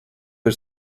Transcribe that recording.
are